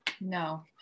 No